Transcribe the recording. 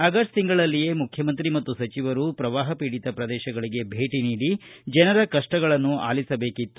August ತಿಂಗಳಲ್ಲಿಯೇ ಮುಖ್ಯಮಂತ್ರಿ ಮತ್ತು ಸಚಿವರು ಪ್ರವಾಹಪೀಡಿತ ಪ್ರದೇಶಗಳಿಗೆ ಭೇಟಿ ನೀಡಿ ಜನರ ಕಷ್ಟಗಳನ್ನು ಆಲಿಸದೇಕಿತ್ತು